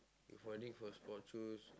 before this was sport shoes